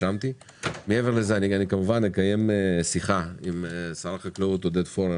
ומעבר לזה כמובן אקיים שיחה עם שר החקלאות עודד פורר